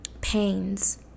pains